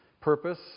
purpose